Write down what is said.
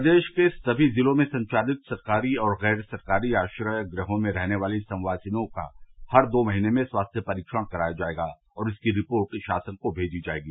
प्रदेश के समी जिलों में संवालित सरकारी और गैर सरकारी आश्रय गृहों में रहने वाले संवासियों का हर दो महीने में स्वास्थ्य परीक्षण कराया जायेगा और इसकी रिपोर्ट शासन को मेजी जायेगी